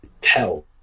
tell